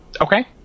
Okay